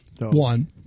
One